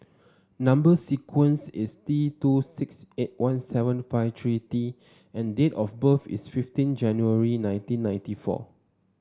number sequence is T two six eight one seven five three T and date of birth is fifteen January nineteen ninety four